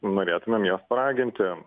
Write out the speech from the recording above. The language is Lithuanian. norėtumėm juos paraginti